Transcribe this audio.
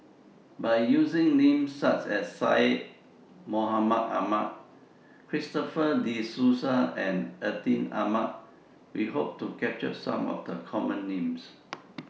By using Names such as Syed Mohamed Ahmed Christopher De Souza and Atin Amat We Hope to capture Some of The Common Names